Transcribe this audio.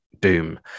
doom